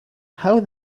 how